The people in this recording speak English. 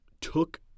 took